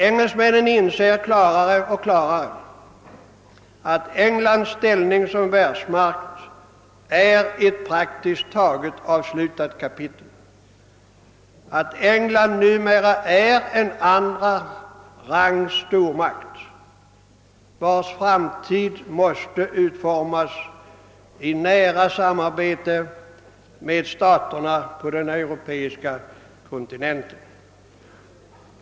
Engelsmännen inser klarare och klarare att Englands ställning som världsmakt är ett praktiskt taget avslutat kapitel — att England numera är en andra rangens stormakt, vars framtid måste utformas i nära samarbete med staterna på den europeiska kontinenten.